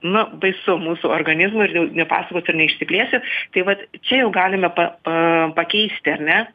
nu baisu mūsų organizmui ir jau nepasakosiu ir neišsiplėsiu tai vat čia jau galime pa pa pakeisti ar ne